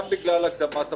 גם בגלל הקדמת הבחירות,